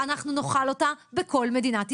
אנחנו נאכל אותה בכל מדינת ישראל,